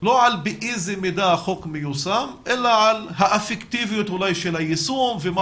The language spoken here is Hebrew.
לא על המידה בה החוק מיושם אלא האפקטיביות של היישום ומה